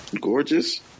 gorgeous